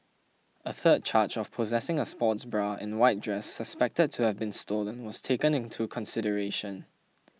a third charge of possessing a sports bra and white dress suspected to have been stolen was taken into consideration